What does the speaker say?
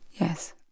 Yes